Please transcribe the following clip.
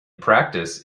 practice